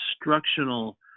instructional